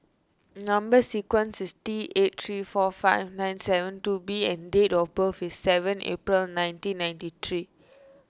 Number Sequence is T eight three four five nine seven two B and date of birth is seven April nineteen ninety three